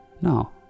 No